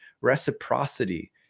reciprocity